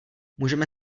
můžeme